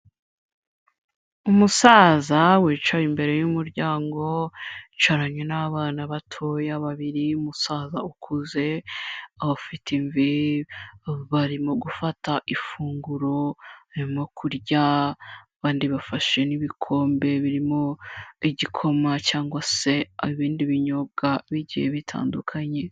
Umusaza wicaye imbere y'umuryango yicaranye n'abana batoya babiri, umusaza ukuze ufite imvi barimo gufata ifunguro, barimo kurya abandi bafashe n'ibikombe birimo igikoma cyangwa se ibindi binyobwa bigiye bitandukanye.